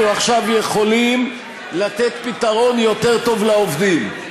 אנחנו עכשיו יכולים לתת פתרון יותר טוב לעובדים.